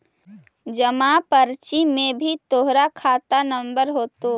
जमा पर्ची में भी तोहर खाता नंबर होतो